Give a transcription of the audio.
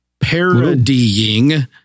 parodying